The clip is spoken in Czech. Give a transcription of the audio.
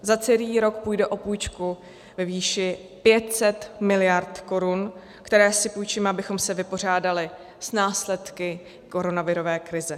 Za celý rok půjde o půjčku ve výši 500 miliard korun, které si půjčíme, abychom se vypořádali s následky koronavirové krize.